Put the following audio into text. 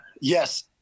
Yes